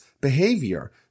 behavior